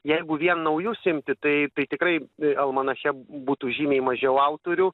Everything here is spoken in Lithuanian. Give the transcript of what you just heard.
jeigu vien naujus imti tai tai tikrai almanache būtų žymiai mažiau autorių